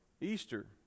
Easter